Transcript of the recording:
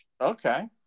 okay